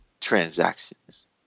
transactions